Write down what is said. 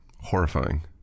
horrifying